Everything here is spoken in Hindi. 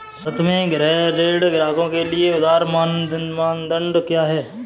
भारत में गृह ऋण ग्राहकों के लिए उधार मानदंड क्या है?